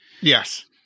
Yes